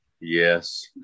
Yes